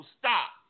stop